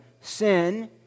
sin